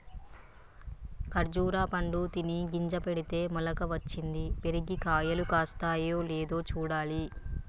ఖర్జురా పండు తిని గింజ పెడితే మొలక వచ్చింది, పెరిగి కాయలు కాస్తాయో లేదో చూడాలి